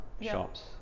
shops